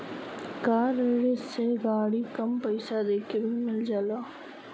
कार ऋण से गाड़ी कम पइसा देके भी मिल जाला